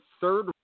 third